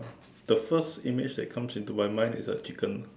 the first image that comes into my mind is a chicken lah